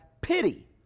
pity